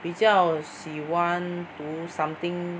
比较喜欢读 something